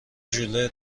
ژوله